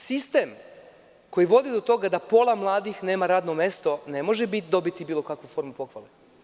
Sistem koji vodi do toga da pola mladih nema radno mesto, ne može biti bilo kakvu formu pohvale.